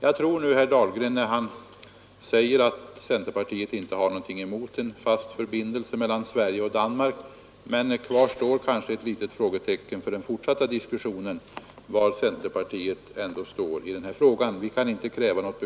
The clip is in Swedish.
Jag tror herr Dahlgren när han förklarar att centerpartiet inte har någonting emot en fast förbindelse mellan Sverige och Danmark. Kvar står kanske dock ett litet frågetecken för den fortsatta diskussionen, var centerpartiet står i den här frågan.